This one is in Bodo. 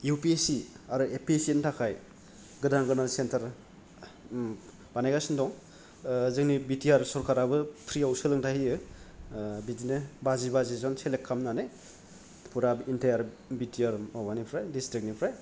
इउ पि एस सि आरो ए पि एस सि नि थाखाय गोदान गोदान सेन्टार बानायगासिनो दं जोंनि बि टि आर सरकाराबो फ्रि आव सोलोंथाइ होयो बिदिनो बाजि बाजि जन सेलेक खालामनानै फुरा इनटायार बि टि आर माबानिफ्राय डिस्ट्रिकनिफ्राय